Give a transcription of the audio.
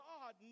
God